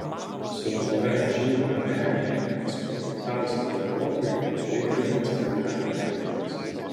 su vadove žydra meemiene sukonfliktavusiam darbuotojui reikalingas pragyvenimo šaltinis